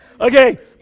Okay